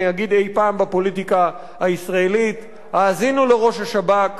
אגיד אי-פעם בפוליטיקה הישראלית: האזינו לראש השב"כ